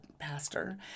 Pastor